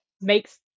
makes